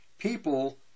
people